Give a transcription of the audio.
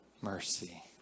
Mercy